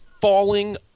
falling